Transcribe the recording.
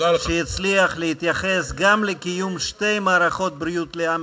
שהצליח להתייחס גם לקיום שתי מערכות בריאות לעם